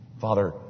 Father